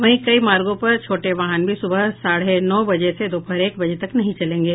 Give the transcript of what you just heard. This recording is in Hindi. वहीं कई मार्गों पर छोटे वाहन भी सुबह साढ़े नौ बजे से दोपहर एक बजे तक नहीं चलेंगे